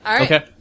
Okay